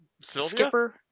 skipper